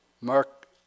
Mark